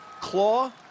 claw